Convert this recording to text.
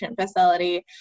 facility